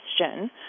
question